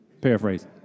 Paraphrase